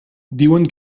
diuen